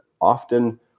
often